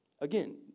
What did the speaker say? Again